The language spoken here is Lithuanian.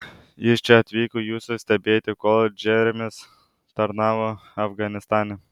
jis čia atvyko jūsų stebėti kol džeremis tarnavo afganistane